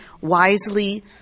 wisely